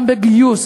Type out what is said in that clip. גם בגיוס,